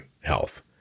health